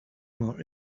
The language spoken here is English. more